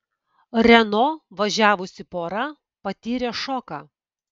renault važiavusi pora patyrė šoką